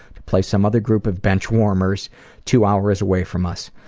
play some other group of benchwarmers two hours away from us.